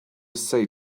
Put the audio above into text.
say